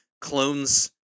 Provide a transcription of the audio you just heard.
clones